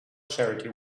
charity